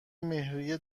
مهریه